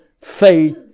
faith